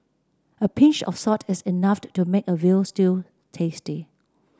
a pinch of salt is enough to make a veal stew tasty